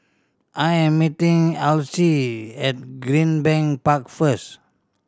I am meeting Alcie at Greenbank Park first